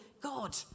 God